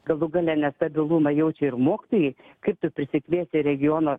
galų gale nestabilumą jaučia ir mokytojai kaip tu prisikvieti į regiono